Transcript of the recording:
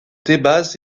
débats